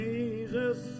Jesus